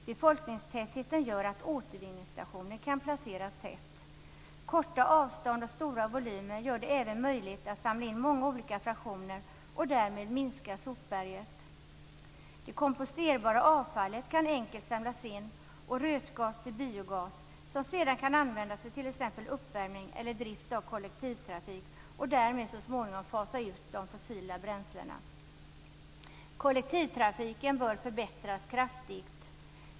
Befolkningstätheten gör att återvinningsstationer kan placeras tätt. Korta avstånd och stora volymer gör det även möjligt att samla in många olika fraktioner och därmed minska sopberget. Det komposterbara avfallet kan enkelt samlas in och rötas till biogas som sedan kan användas för t.ex. uppvärmning eller drift av kollektivtrafik och därmed så småningom fasa ut de fossila bränslena. Kollektivtrafiken bör förbättras kraftigt.